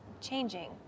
changing